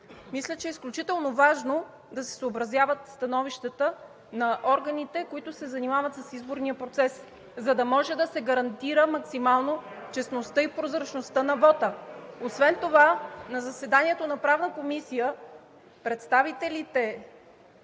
Мисля, че изключително важно е да се съобразяват становищата на органите, които се занимават с изборния процес, за да може да се гарантира максимално честността и прозрачността на вота. Освен това на заседанието на Правната комисия представителите